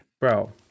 bro